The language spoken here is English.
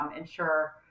ensure